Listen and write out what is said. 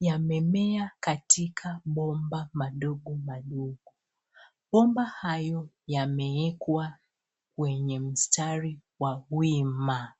yamemea katika mabomba madogo madogo . Bomba hayo yamewekwa kwenye mstari wa wima.